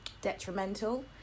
detrimental